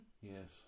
Yes